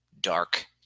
dark